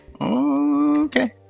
Okay